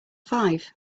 five